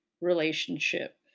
relationship